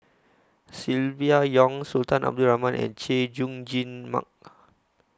Silvia Yong Sultan Abdul Rahman and Chay Jung Jun Mark